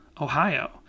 Ohio